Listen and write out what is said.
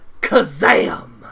Kazam